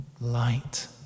Light